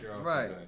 Right